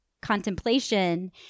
contemplation